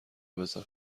بزن